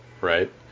Right